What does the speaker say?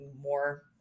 more